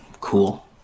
cool